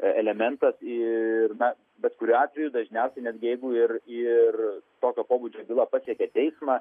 elementas ir na bet kuriuo atveju dažniausiai netgi jeigu ir ir tokio pobūdžio byla pasiekia teismą